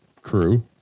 crew